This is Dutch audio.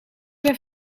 ben